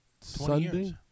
Sunday